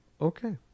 okay